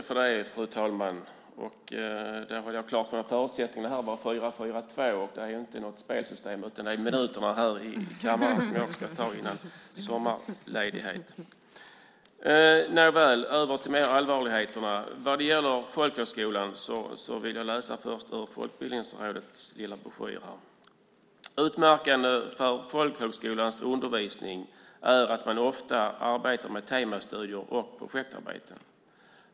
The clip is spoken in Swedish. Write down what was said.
Fru talman! Vad gäller folkhögskolan vill jag först läsa ur Folkbildningsrådets broschyr: "Utmärkande för folkhögskolans undervisning är att man ofta arbetar med temastudier och projektarbeten.